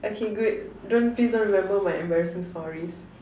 uh okay good don't please don't remember my embarrassing stories